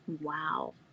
Wow